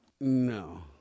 No